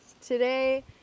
Today